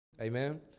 Amen